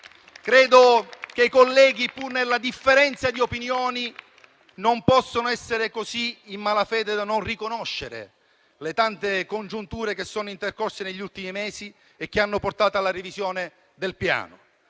Credo che i colleghi, pur nella differenza di opinioni, non possano essere così in malafede da non riconoscere le tante congiunture che sono intercorse negli ultimi mesi e che hanno portato alla revisione del Piano.